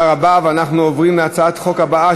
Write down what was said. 44,